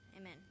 amen